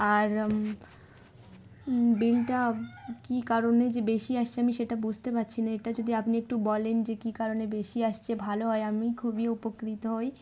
আর বিলটা কী কারণে যে বেশি আসছে আমি সেটা বুঝতে পারছি না এটা যদি আপনি একটু বলেন যে কী কারণে বেশি আসছে ভালো হয় আমি খুবই উপকৃত হই